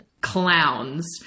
clowns